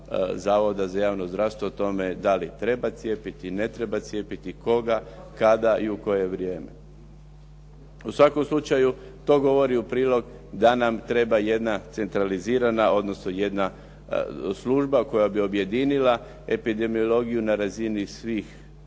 Zavoda za javno zdravstvo o tome da li treba cijepiti, ne treba cijepiti, koga, kada i u koje vrijeme. U svakom slučaju to govori u prilog da nam treba jedna centralizirana, odnosno jedna služba koja bi objedinila epidemiologiju na razini svih